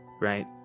right